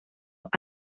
los